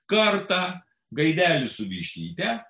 kartą gaidelis su vištyte